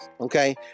okay